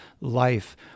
life